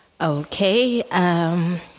Okay